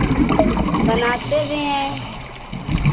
बनाते भी हैं